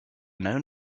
known